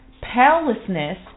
Powerlessness